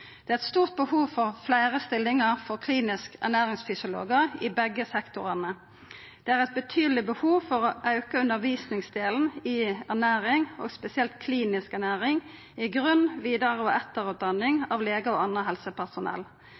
Det er eit stort behov for fleire stillingar for kliniske ernæringsfysiologar i begge sektorane. Det er eit betydeleg behov for å auka undervisningsdelen i ernæring, og spesielt klinisk ernæring, i grunn-, vidare- og etterutdanning av legar og anna helsepersonell.